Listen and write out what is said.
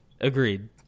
Agreed